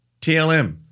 TLM